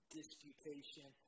disputation